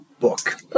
Book